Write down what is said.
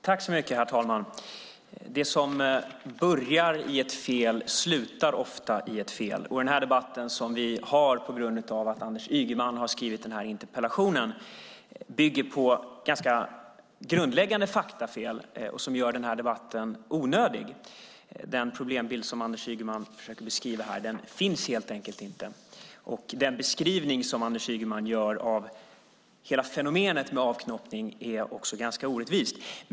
Herr talman! Det som börjar i ett fel slutar ofta i ett fel. Den debatt vi nu har på grund av att Anders Ygeman har skrivit en interpellation bygger på ganska grundläggande faktafel som gör den här debatten onödig. Den problembild som Anders Ygeman försöker beskriva här finns helt enkelt inte. Anders Ygemans beskrivning av hela fenomenet med avknoppning är också ganska orättvis.